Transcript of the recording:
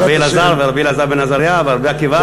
ישבו רבי אלעזר ורבי אלעזר בן עזריה ורבי עקיבא,